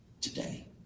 today